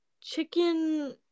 chicken